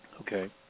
Okay